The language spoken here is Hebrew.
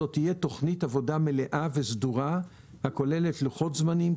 זאת תהיה תוכנית עובדה מלאה וסדורה הכוללת לוחות זמנים,